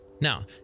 Now